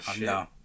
No